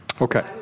Okay